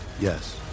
Yes